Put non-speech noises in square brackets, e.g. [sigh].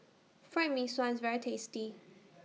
Fried Mee Sua IS very tasty [noise]